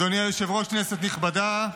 אדוני היושב-ראש, כנסת נכבדה,